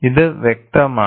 ഇത് വ്യക്തമാണ്